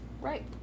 Right